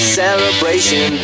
celebration